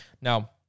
Now